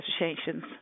associations